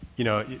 you know,